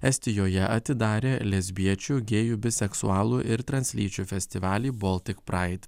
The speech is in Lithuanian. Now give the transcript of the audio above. estijoje atidarė lesbiečių gėjų biseksualų ir translyčių festivalį baltic pride